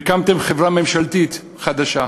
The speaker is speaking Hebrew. הקמתם חברה ממשלתית חדשה.